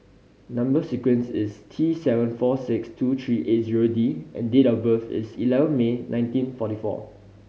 number sequence is T seven four six two three eight zero D and date of birth is eleven May nineteen forty four